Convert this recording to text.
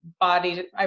body